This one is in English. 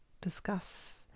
discuss